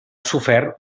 sofert